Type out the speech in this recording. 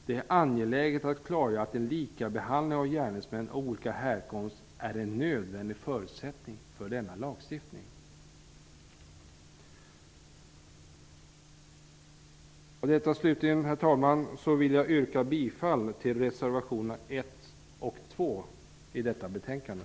Det är angeläget att klargöra att lika behandling av gärningsmän av olika härkomst är en nödvändig förutsättning för denna lagstiftning. Med detta vill jag, herr talman, slutligen yrka bifall till reservationerna 1 och 2 vid detta betänkande.